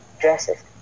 dresses